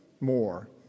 more